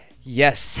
Yes